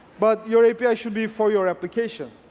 but your api should be for your application.